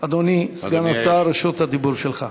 אדוני סגן השר, רשות הדיבור שלך.